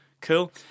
Cool